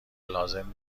لازم